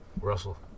Russell